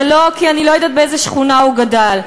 זה לא כי אני לא יודעת באיזו שכונה הוא גדל,